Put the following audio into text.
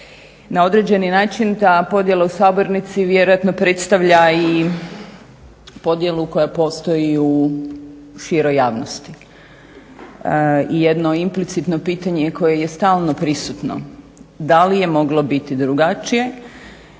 Na određeni način ta podjela u sabornici vjerojatno predstavlja i podjelu koja postoji u široj javnosti. Jedno implicitno pitanje koje je stalno prisutno da li je moglo biti drugačije,